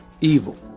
evil